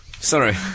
Sorry